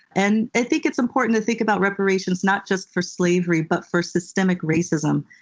and i think it's important to think about reparations not just for slavery but for systemic racism.